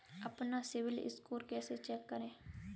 अपना CIBIL score कैसे check करें?